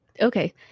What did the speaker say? okay